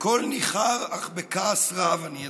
בקול ניחר אך בכעס רב אני אדבר.